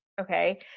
okay